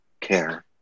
care